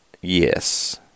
Yes